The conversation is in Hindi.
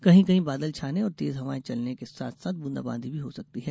कहीं कहीं बादल छाने और तेज हवाएं चलने के साथ साथ बूंदाबांदी भी हो सकती है